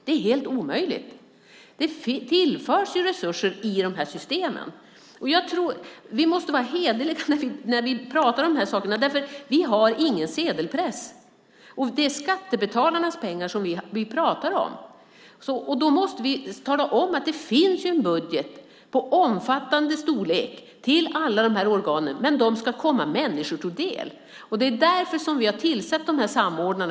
Det är helt omöjligt. Det tillförs ju resurser i de här systemen. Vi måste vara hederliga när vi pratar om de här sakerna. Vi har ingen sedelpress. Det är skattebetalarnas pengar som vi pratar om. Då måste vi tala om att det finns en budget av omfattande storlek till alla de här organen, men de ska komma människor till del. Det är därför som vi har tillsatt samordnarna.